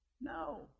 No